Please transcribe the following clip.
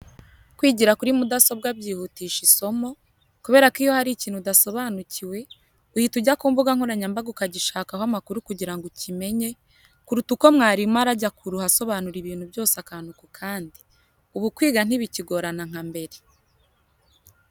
Kwigira kuri mudasobwa byihutisha isomo, kubera ko iyo hari ikintu udasobanukiwe, uhita ujya ku mbuga nkoranyambaga ukagishakaho amakuru kugira ngo ukimenye, kuruta uko mwarimu arajya kuruha asobanura ibintu byose akantu ku kandi. Ubu kwiga ntibikigorana nka mbere.